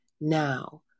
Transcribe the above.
now